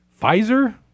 Pfizer